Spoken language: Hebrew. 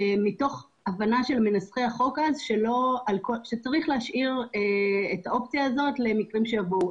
מתוך הבנה של מנסחי החוק שצריך להשאיר את האופציה הזאת למקרים שיבואו.